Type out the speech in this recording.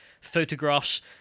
photographs